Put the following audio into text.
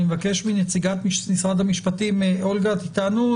מבקש מנציגת משרד המשפטים אולגה את איתנו?